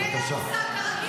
בבקשה,